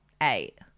eight